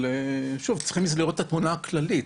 אבל שוב, צריך לראות את התמונה הכוללית.